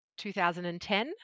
2010